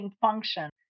function